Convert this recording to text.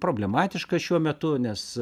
problematiška šiuo metu nes